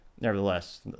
nevertheless